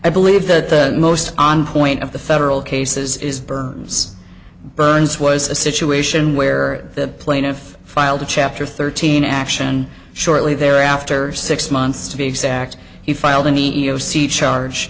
i believe the most on point of the federal cases is burns burns was a situation where the plaintiff filed a chapter thirteen action shortly thereafter six months to be exact he filed an e e o c charge